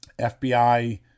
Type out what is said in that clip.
FBI